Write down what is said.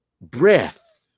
breath